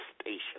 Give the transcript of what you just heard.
station